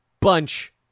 bunch